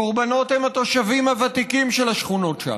קורבנות הם התושבים הוותיקים של השכונות שם,